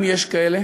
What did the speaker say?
אם יש כאלה,